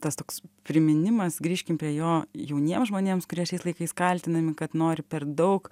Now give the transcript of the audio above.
tas toks priminimas grįžkim prie jo jauniems žmonėms kurie šiais laikais kaltinami kad nori per daug